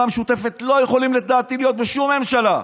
המשותפת לא יכולות לדעתי להיות בשום ממשלה.